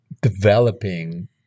developing